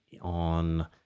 on